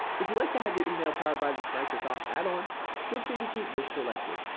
if you'd like to have your email powered by this microsoft addon feel free to keep this selected.